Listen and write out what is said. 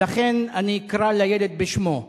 ולכן אני אקרא לילד בשמו,